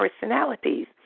personalities